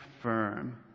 firm